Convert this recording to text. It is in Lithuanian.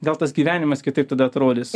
gal tas gyvenimas kitaip tada atrodys